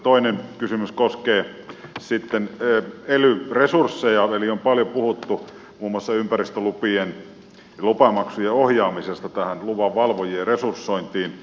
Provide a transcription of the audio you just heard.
toinen kysymys koskee sitten ely resursseja eli on paljon puhuttu muun muassa ympäristölupien lupamaksujen ohjaamisesta tähän luvan valvojien resursointiin